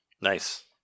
Nice